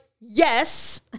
Yes